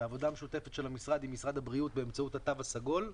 בעבודה משותפת של המשרד עם משרד הבריאות באמצעות התו הסגור.